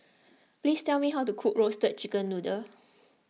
please tell me how to cook Roasted Chicken Noodle